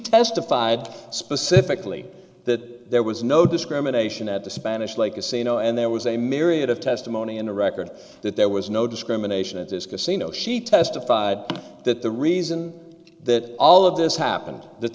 testified specifically that there was no discrimination at the spanish like to say no and there was a myriad of testimony in the record that there was no discrimination at this casino she testified that the reason that all of this happened that